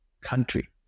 country